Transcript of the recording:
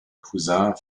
cousin